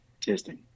Testing